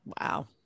wow